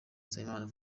nsabimana